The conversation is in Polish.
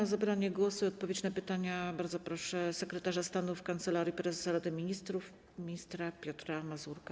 O zabranie głosu i odpowiedź na pytania bardzo proszę sekretarza stanu w Kancelarii Prezesa Rady Ministrów ministra Piotra Mazurka.